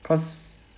cause